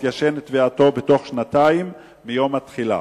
תתיישן תביעתו בתוך שנתיים מיום התחילה,